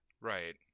Right